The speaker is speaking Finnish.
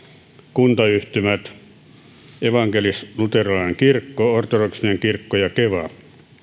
kuntayhtymät evankelisluterilainen kirkko ortodoksinen kirkko ja keva